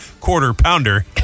quarter-pounder